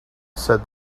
said